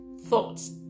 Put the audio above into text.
thoughts